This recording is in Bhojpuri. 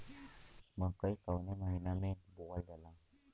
मकई कवने महीना में बोवल जाला?